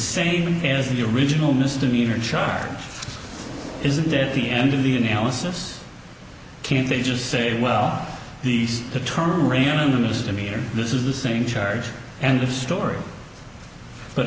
same as the original misdemeanor charge isn't that the end of the analysis can't they just say well these the term randomness to me or this is the same charge and the story but